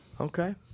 Okay